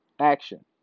action